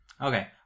okay